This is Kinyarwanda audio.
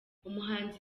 umuhanzi